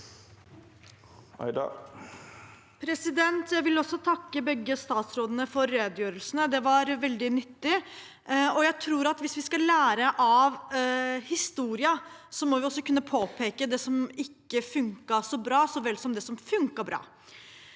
Jeg vil også takke begge statsrådene for redegjørelsene. Det var veldig nyttig. Jeg tror at hvis vi skal lære av historien, må vi også kunne påpeke det som ikke funket så bra, så vel som det som funket bra.